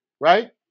right